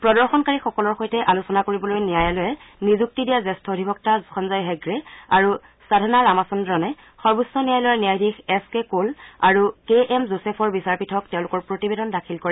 প্ৰদৰ্শনকাৰীসকলৰ সৈতে আলোচনা কৰিবলৈ ন্যায়ালয়ে নিযুক্তি দিয়া জ্যেষ্ঠ অধিবক্তা সঞ্জয় হেগ্ৰে আৰু সাধনা ৰামাচন্দ্ৰনে সৰ্বোচ্চ ন্যায়ালয়ৰ ন্যায়াধীশ এছ কে ক'ল আৰু কে এম যোচেফৰ বিচাৰপীঠক তেওঁলোকৰ প্ৰতিবেদন দাখিল কৰে